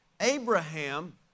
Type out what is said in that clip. Abraham